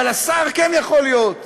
אבל השר כן יכול להיות